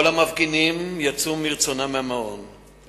כל המפגינים יצאו מהמעון מרצונם,